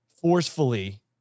forcefully